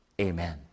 Amen